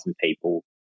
people